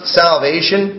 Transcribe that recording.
salvation